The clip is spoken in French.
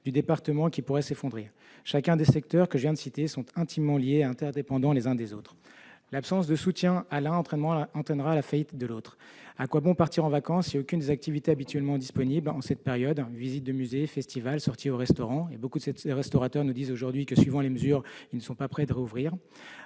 du département qui pourrait s'effondrer. Les secteurs que je viens de citer sont intimement liés et interdépendants les uns des autres. L'absence de soutien à l'un entraînerait la faillite de l'autre. À quoi bon partir en vacances si aucune des activités habituellement disponibles en cette période n'est possible ? Je pense aux visites de musées, aux festivals, aux sorties au restaurant- beaucoup de restaurateurs nous indiquent que, suivant les mesures, ils ne sont pas près de rouvrir